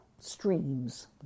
streams